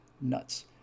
nuts